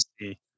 see